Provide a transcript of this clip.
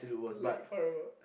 like horrible